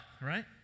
right